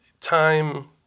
Time